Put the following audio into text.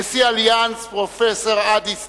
נשיא "אליאנס" פרופסור אדי סטג,